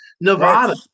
Nevada